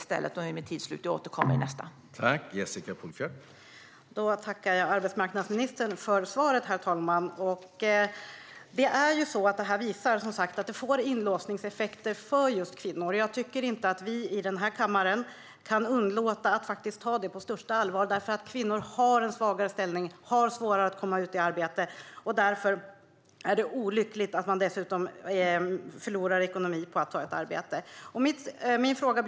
Nu är min talartid slut, så jag får återkomma i nästa inlägg.